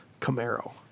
Camaro